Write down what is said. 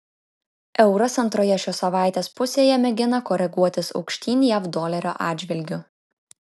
euras antroje šio savaitės pusėje mėgina koreguotis aukštyn jav dolerio atžvilgiu